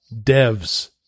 Devs